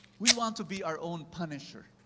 we want to be our own punisher.